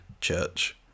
church